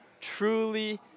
truly